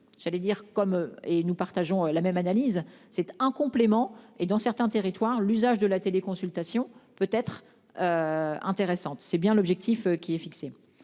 j'allais dire comme et nous partageons la même analyse. C'est un complément, et dans certains territoires, l'usage de la téléconsultation peut être. Intéressante, c'est bien l'objectif qui est fixé.